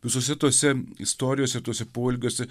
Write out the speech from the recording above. visose tose istorijose ir tuose poelgiuose